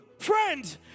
Friend